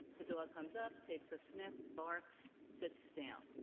the dog comes up, takes a sniff, barks, sits down.